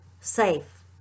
safe